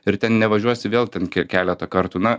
ir ten nevažiuosi vėl ten keletą kartų na